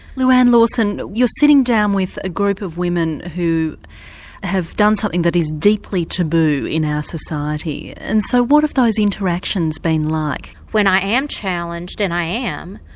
louanne lawson, you're sitting down with a group of women who have done something that is deeply taboo in our society, and so what have those interactions been like? when i am challenged, and i am,